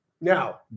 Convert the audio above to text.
Now